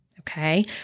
okay